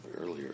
earlier